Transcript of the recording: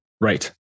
Right